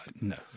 no